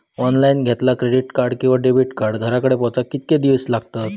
Online घेतला credit card किंवा debit card घराकडे पोचाक कितके दिस लागतत?